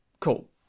cool